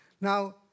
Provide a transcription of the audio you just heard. Now